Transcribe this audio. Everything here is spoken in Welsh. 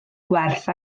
gwerth